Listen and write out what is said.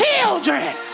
children